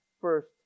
first